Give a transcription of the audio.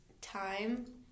Time